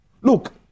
Look